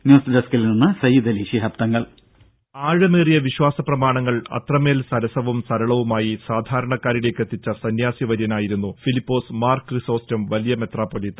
news ഡസ്കിൽ നിന്ന് സയ്യിദ് അലി ശിഹാബ് തങ്ങൾ രംഭ ആഴമേറിയ വിശ്വാസ പ്രമാണങ്ങൾ അത്രമേൽ സരസവും സരളവുമായി സാധാരണക്കാരിലേക്ക് എത്തിച്ച സന്യാസി വര്യനായിരുന്നു ഫിലിപ്പോസ് മാർ ക്രിസോസ്റ്റം വലിയ മെത്രാപ്പോലിത്ത